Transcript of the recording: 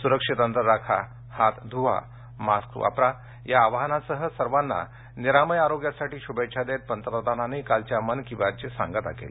सुरक्षित अंतर राखा हात धुवा मास्क वापरा या आवाहनासह सर्वांना निरामय आरोग्यासाठी शुभेच्छा देत पंतप्रधानांनी कालच्या मन की बातची सांगता केली